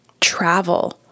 travel